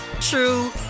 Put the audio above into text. true